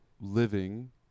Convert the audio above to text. living